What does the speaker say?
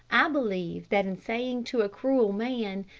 i believe that in saying to a cruel man,